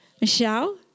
Michelle